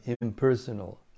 impersonal